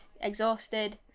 exhausted